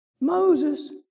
Moses